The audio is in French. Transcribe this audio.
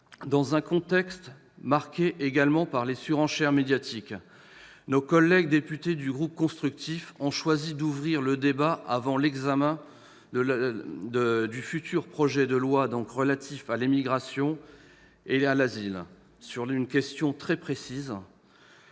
Dans un contexte marqué également par les surenchères médiatiques, nos collègues députés du groupe Les Constructifs ont choisi d'ouvrir le débat, avant l'examen du futur projet de loi relatif à l'immigration et à l'asile, sur une question très précise